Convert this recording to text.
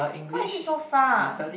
why is it so far